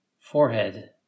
forehead